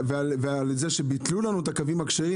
ועל כך שביטלו לנו את הקווים הכשרים,